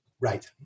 Right